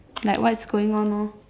like what is going on lor